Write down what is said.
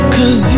Cause